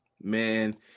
Man